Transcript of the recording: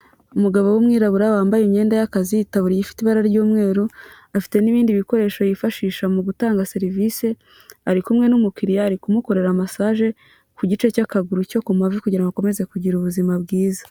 Umugabo w'umwirabura wambaye imyenda y'akazi itabuye ifite ibara ry'umweru, afite n'ibindi bikoresho yifashisha mu gutanga serivisi ari kumwe n'umukiriya ari kumukorera massage ku gice cy'akaguru cyo ku mavi kugira ngo akomeze kugira ubuzima bwiza.